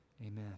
Amen